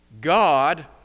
God